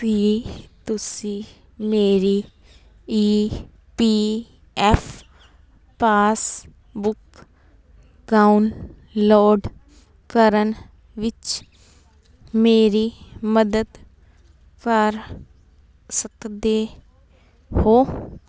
ਕੀ ਤੁਸੀਂ ਮੇਰੀ EPF passbook download ਕਰਨ ਵਿੱਚ ਮੇਰੀ ਮਦਦ ਕਰ ਸਕਦੇ ਹੋ